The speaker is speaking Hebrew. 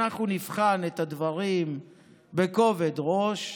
אנחנו נבחן את הדברים בכובד ראש,